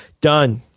Done